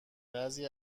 بعضی